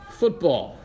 football